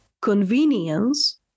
convenience